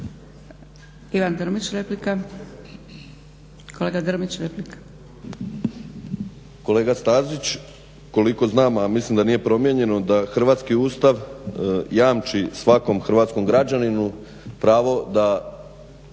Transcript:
Ivan (HDSSB)** Kolega Stazić, koliko znam a mislim da nije promijenjeno da hrvatski Ustav jamči svakom hrvatskom građaninu pravo da